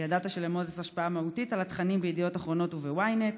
וידעת שלמוזס השפעה מהותית על התכנים ב'ידיעות אחרונות' וב-ynet.